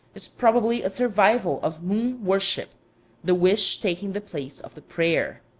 is probably a survival of moon-worship the wish taking the place of the prayer.